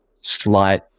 slight